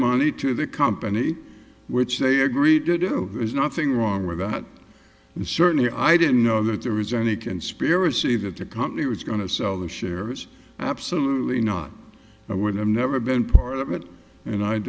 money to the company which they agreed to do there's nothing wrong with that and certainly i didn't know that there was any conspiracy that the company was going to sell their shares absolutely not i would have never been part of it and